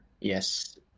Yes